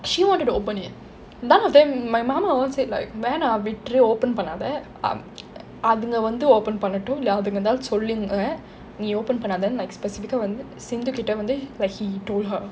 she wanted to open it none of them my mum all said like வேணாம் விட்டுரு:venaam vitturu open பண்ணாதே அதுங்க வந்து:pannaathe athunga vanthu open பண்ணட்டும் இல்லே அதுங்க ஏதாவது சொல்லுங்க நீ:pannattum ille athunga ethaavathu sollunga nee open பண்ணாதேன்னு:pannathennu specific ah வந்து சிந்துகிட்டே வந்து:vanthu sindhukitte vanthu like he told her